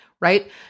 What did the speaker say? right